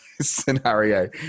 scenario